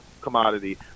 commodity